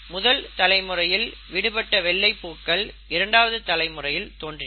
முதல் தலைமுறையில் விடுபட்ட வெள்ளைப்பூக்கள் இரண்டாவது தலைமுறையில் தோன்றின